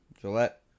gillette